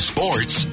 Sports